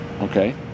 Okay